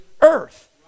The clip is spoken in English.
earth